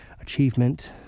achievement